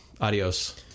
adios